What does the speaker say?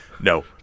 No